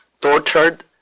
tortured